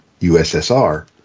USSR